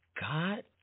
God